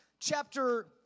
Chapter